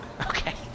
Okay